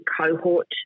cohort